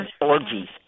orgies